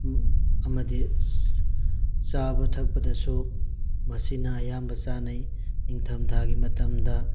ꯑꯃꯗꯤ ꯆꯥꯕ ꯊꯛꯄꯗꯁꯨ ꯃꯁꯤꯅ ꯑꯌꯥꯝꯕ ꯆꯥꯟꯅꯩ ꯅꯤꯡꯊꯝ ꯊꯥꯒꯤ ꯃꯇꯝꯗ